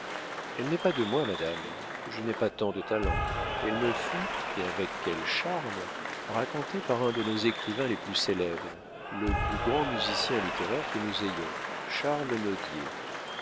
elle n'est pas de moi madame je n'ai pas tant de talent elle me fut et avec quel charme racontée par un de nos écrivains les plus célèbres le plus grand musicien littéraire que nous ayons